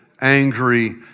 angry